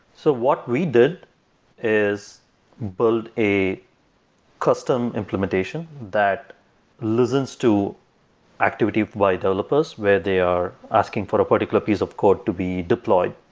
so what we did is build a custom implementation that listens to activity by developers where they are asking for a particular piece of code to be deployed.